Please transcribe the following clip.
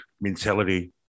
Mentality